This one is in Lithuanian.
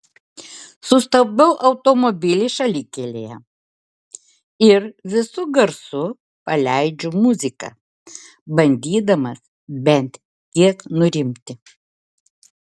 sustabdau automobilį šalikelėje ir visu garsu paleidžiu muziką bandydamas bent kiek nurimti